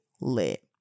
lit